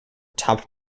topped